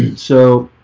so